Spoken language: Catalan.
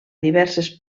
diverses